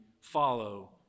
follow